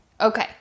Okay